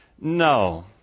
No